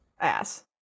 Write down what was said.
ass